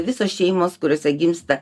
visos šeimos kuriose gimsta